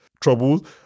troubles